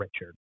Richard